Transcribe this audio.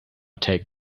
take